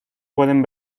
pueden